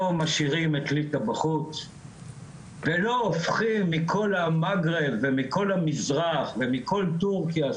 משאירים את ליטא בחוץ ולא הופכים מכל המגרב ומכל המזרח ומכל טורקיה,